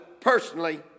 personally